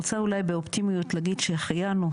אולי באופטימיות להגיד שהחיינו,